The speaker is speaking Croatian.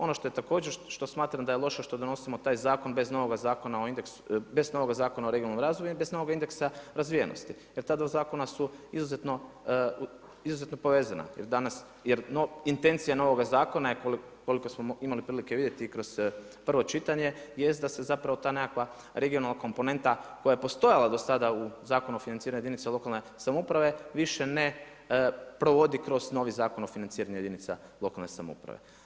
Ono što također smatram da je loše što donosimo taj zakon bez novoga Zakona o regionalnom razvoju i bez novog Indeksa razvijenosti jel ta dva zakona su izuzetno povezana jer je intencija novoga zakona je koliko smo imali prilike vidjeti kroz prvo čitanje jest da se ta nekakva regionalna komponenta koja je postojala do sada u Zakonu o financiranju jedinica lokalne samouprave više ne provodi kroz novi Zakon o financiranju jedinica lokalne samouprave.